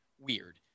weird